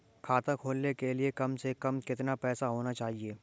खाता खोलने के लिए कम से कम कितना पैसा होना चाहिए?